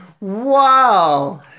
Wow